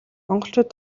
монголчууд